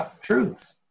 truth